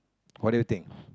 what do you think